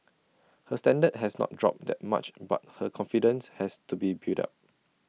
her standard has not dropped that much but her confidence has to be built up